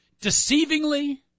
deceivingly